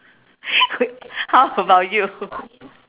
how about you